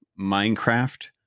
Minecraft